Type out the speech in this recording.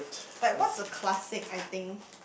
but what's a classic I think